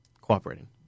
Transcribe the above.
cooperating